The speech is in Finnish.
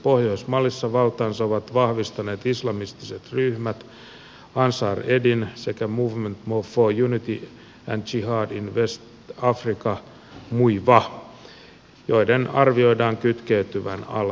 pohjois malissa valtaansa ovat vahvistaneet islamistiset ryhmät ansar eddine sekä movement for unity and jihad in west africa mujwa joiden arvioidaan kytkeytyvän al qaidaan